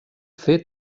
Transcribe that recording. fer